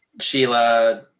Sheila